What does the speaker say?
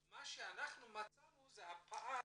מה שאנחנו מצאנו הוא הפער